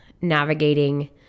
navigating